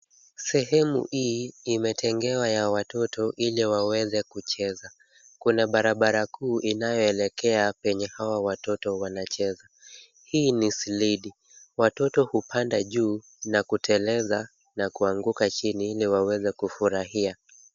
Sehemu hii imetengewa ya watoto ili waweze kucheza. Kuna barabara kuu inayoelekea penye hawa watoto wanacheza. Hii ni slide . Watoto hupanda juu na kuteleza na kuanguka chini, ili waweze kufurahia.